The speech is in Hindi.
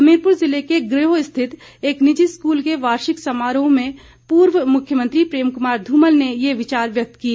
हमीरपुर जिले के ग्रयोह स्थित एक निजी स्कूल के वार्षिक समारोह में पूर्व मुख्यमंत्री प्रेम कुमार धूमल ने ये विचार व्यक्त किए